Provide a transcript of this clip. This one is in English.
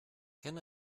can